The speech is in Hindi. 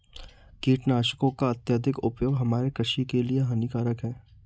कीटनाशकों का अत्यधिक उपयोग हमारे कृषि के लिए हानिकारक है